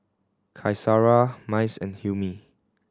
Qaisara Mas and Hilmi